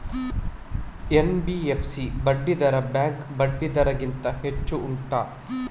NBFC ಬಡ್ಡಿ ದರ bank ಬಡ್ಡಿ ದರ ಗಿಂತ ಹೆಚ್ಚು ಉಂಟಾ